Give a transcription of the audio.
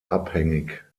abhängig